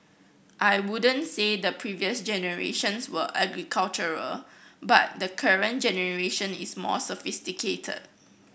I wouldn't say the previous generations were agricultural but the current generation is more sophisticated